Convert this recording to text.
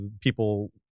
people